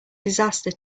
disaster